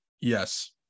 Yes